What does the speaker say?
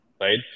right